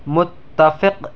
متفق